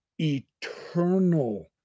eternal